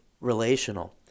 relational